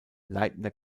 leitender